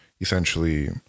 essentially